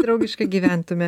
draugiškai gyventume